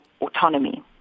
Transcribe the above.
autonomy